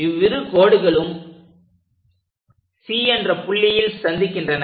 இவ்விரு கோடுகளும் C என்ற புள்ளியில் சந்திக்கின்றன